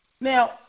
Now